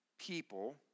people